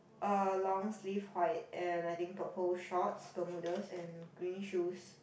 uh long sleeve white and I think purple shorts Bermudas and green shoes